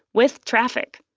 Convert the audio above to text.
with traffic.